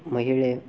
ಮಹಿಳೆ